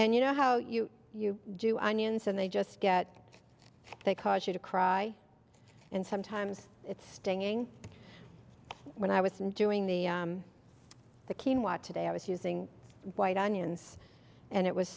and you know how you you do onions and they just get they cause you to cry and sometimes it's stinging when i was doing the the king what today i was using white onions and it was